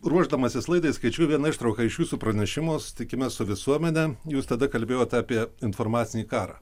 ruošdamasis laidai skaičiau vieną ištrauką iš jūsų pranešimo susitikime su visuomene jūs tada kalbėjot apie informacinį karą